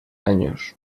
años